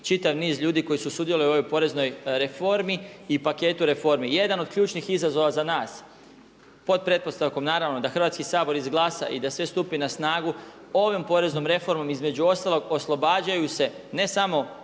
čitav niz ljudi koji su sudjelovali u ovoj poreznoj reformi i paketu reformi. Jedan od ključnih izazova za nas pod pretpostavkom naravno da Hrvatski sabor izglasa i da sve stupi na snagu ovom poreznom reformom između ostalog oslobađaju se ne samo